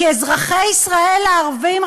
כי אזרחי ישראל הערבים,